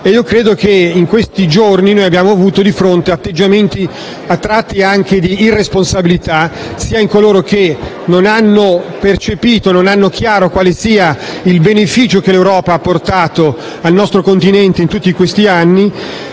Credo che in questi giorni abbiamo avuto di fronte atteggiamenti, a tratti, di irresponsabilità di coloro che non hanno percepito con chiarezza quale sia il beneficio che l'Europa ha portato al nostro Continente in tutti questi anni